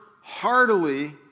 heartily